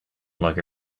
like